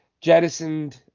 jettisoned